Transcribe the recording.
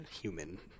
human